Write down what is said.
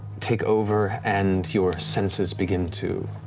take over, and your senses begin to